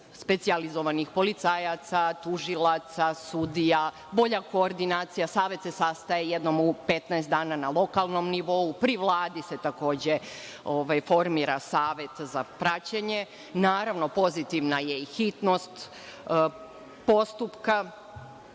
specijalizovanih policajaca, tužilaca, sudija, bolja koordinacija, savet se sastaje jednom u 15 dana na lokalnom nivou, pri Vladi se takođe formira savet za praćenje. Naravno, pozitivna je i hitnost postupka,